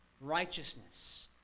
righteousness